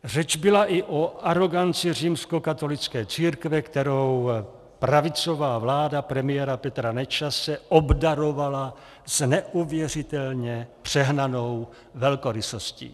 Řeč byla i o aroganci římskokatolické církve, kterou pravicová vláda premiéra Petra Nečase obdarovala s neuvěřitelně přehnanou velkorysostí.